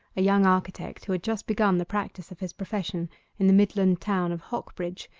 a young architect who had just begun the practice of his profession in the midland town of hocbridge,